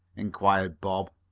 inquired bob.